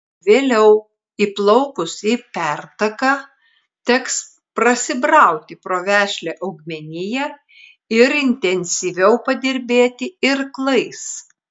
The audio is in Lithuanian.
vėliau įplaukus į pertaką teks prasibrauti pro vešlią augmeniją ir intensyviau padirbėti irklais